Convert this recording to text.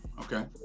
Okay